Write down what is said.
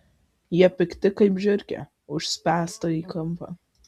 jie pikti kaip žiurkė užspęsta į kampą